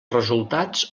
resultats